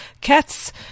Cats